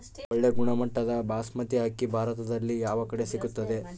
ಒಳ್ಳೆ ಗುಣಮಟ್ಟದ ಬಾಸ್ಮತಿ ಅಕ್ಕಿ ಭಾರತದಲ್ಲಿ ಯಾವ ಕಡೆ ಸಿಗುತ್ತದೆ?